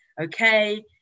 okay